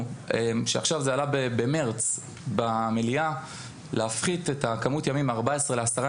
שעכשיו זה עלה במרץ במליאה להפחית את הכמות ימים מ-14 לעשרה